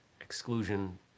exclusion